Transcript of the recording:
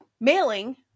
mailing